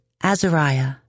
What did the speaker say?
Azariah